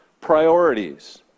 Priorities